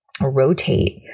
rotate